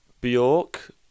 Bjork